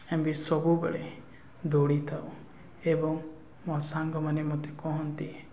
Amway ସବୁବେଳେ ଦୌଡ଼ିଥାଉ ଏବଂ ମୋ ସାଙ୍ଗମାନେ ମୋତେ କହନ୍ତି